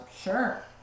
Sure